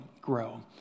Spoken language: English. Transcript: grow